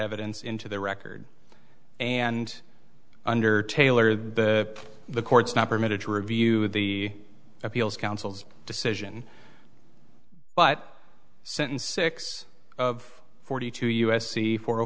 evidence into the record and under taylor the the court's not permitted to review the appeals council's decision but sentence six of forty two u s c four o